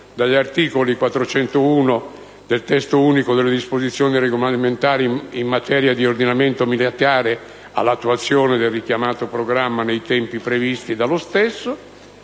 dagli articoli 401 e 402 del testo unico delle disposizioni regolamentari in materia di ordinamento militare, all'attuazione del richiamato Programma nei tempi previsti dallo stesso;